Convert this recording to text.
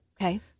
Okay